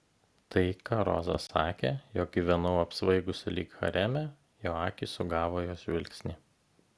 tai ką roza sakė jog gyvenau apsvaigusi lyg hareme jo akys sugavo jos žvilgsnį